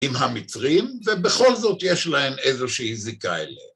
עם המצרים, ובכל זאת יש להם איזושהי זיקה אליה.